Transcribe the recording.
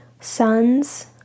Sons